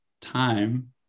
time